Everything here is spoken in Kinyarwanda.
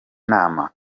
nama